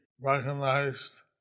recognized